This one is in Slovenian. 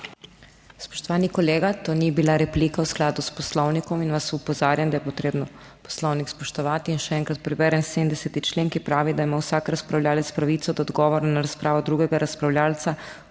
Spoštovani kolega, to ni bila replika v skladu s Poslovnikom in vas opozarjam, da je potrebno Poslovnik spoštovati. In še enkrat preberem 70. člen, ki pravi, da ima vsak razpravljavec pravico do odgovora na razpravo drugega razpravljavca,